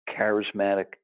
charismatic